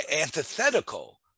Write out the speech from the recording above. antithetical